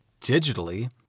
digitally